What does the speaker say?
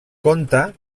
conte